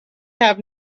have